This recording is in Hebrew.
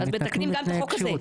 אז מתקנים גם את החוק הזה.